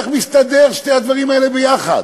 איך מסתדרים שני הדברים האלה יחד?